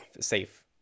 safe